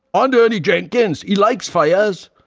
and ernie jenkins, he likes fires.